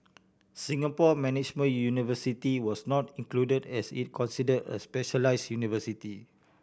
Singapore Management University was not included as it considered a specialised university